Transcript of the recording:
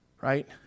right